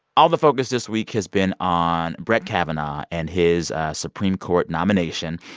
all the focus this week has been on brett kavanaugh and his supreme court nomination.